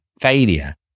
failure